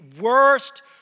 worst